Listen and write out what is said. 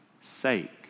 sake